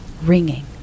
ringing